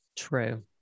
True